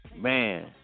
Man